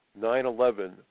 9-11